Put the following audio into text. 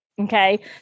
Okay